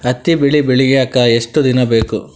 ಹತ್ತಿ ಬೆಳಿ ಬೆಳಿಯಾಕ್ ಎಷ್ಟ ದಿನ ಬೇಕ್?